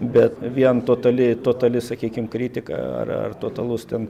bet vien totali totali sakykim kritika ar ar totalus ten